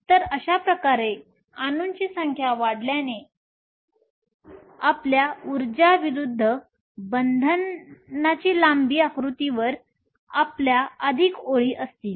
तर अशाप्रकारे अणूंची संख्या वाढल्याने आपल्या उर्जा विरुद्ध बंधनाची लांबी आकृतीवर आपल्या अधिक ओळी असतील